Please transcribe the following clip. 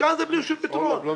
כאן אין פתרון כלשהו.